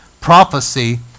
prophecy